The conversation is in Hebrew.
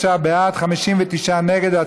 43 בעד, 59 נגד.